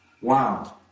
wow